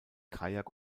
kajak